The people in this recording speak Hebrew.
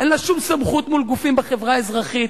אין לה שום סמכות מול גופים בחברה האזרחית,